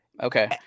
Okay